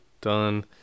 done